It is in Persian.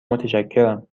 متشکرم